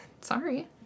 sorry